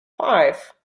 five